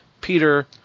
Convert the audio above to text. Peter